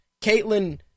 Caitlyn